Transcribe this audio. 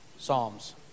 Psalms